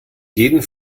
jeden